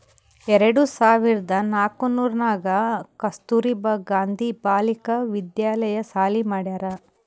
ಎರಡು ಸಾವಿರ್ದ ನಾಕೂರ್ನಾಗ್ ಕಸ್ತೂರ್ಬಾ ಗಾಂಧಿ ಬಾಲಿಕಾ ವಿದ್ಯಾಲಯ ಸಾಲಿ ಮಾಡ್ಯಾರ್